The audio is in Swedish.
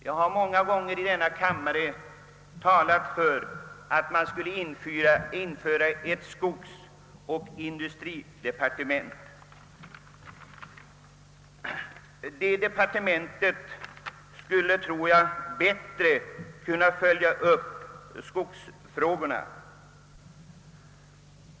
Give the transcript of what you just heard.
Jag har vid många tillfällen i denna kammare talat för att man skulle införa ett skogsoch industridepartement. Detta departement skulle bättre kunna följa skogsfrågorna.